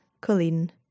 Colleen